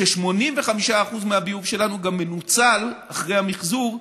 ו-85% מהביוב שלנו גם מנוצל, אחרי המחזור,